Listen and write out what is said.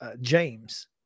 James